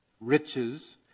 riches